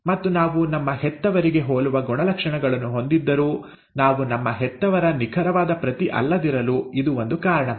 ಮತ್ತು ನಾವು ನಮ್ಮ ಹೆತ್ತವರಿಗೆ ಹೋಲುವ ಗುಣಲಕ್ಷಣಗಳನ್ನು ಹೊಂದಿದ್ದರೂ ನಾವು ನಮ್ಮ ಹೆತ್ತವರ ನಿಖರವಾದ ಪ್ರತಿ ಅಲ್ಲದಿರಲು ಇದು ಒಂದು ಕಾರಣವಾಗಿದೆ